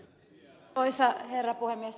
arvoisa herra puhemies